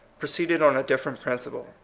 proceeded on a different principle.